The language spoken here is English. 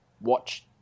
watch